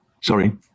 Sorry